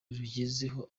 rugezeho